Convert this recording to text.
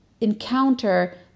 encounter